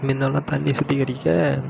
முன்னெலாம் தண்ணி சுத்திகரிக்க